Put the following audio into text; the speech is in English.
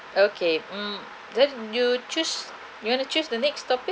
okay mm then you choose you want to choose the next topic